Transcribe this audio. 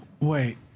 Wait